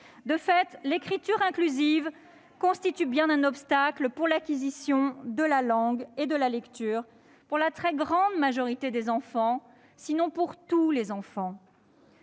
De fait, l'écriture inclusive constitue bien un obstacle pour l'acquisition de la langue et de la lecture pour la très grande majorité des enfants, sinon pour tous.